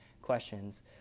questions